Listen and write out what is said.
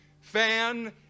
Fan